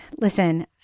listen